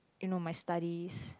you know my studies